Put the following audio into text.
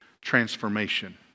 transformation